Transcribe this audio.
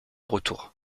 retour